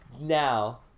now